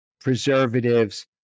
preservatives